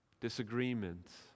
disagreements